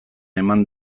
eman